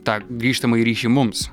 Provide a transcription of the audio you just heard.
tą grįžtamąjį ryšį mums